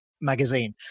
magazine